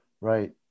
Right